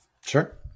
sure